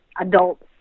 adults